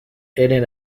eren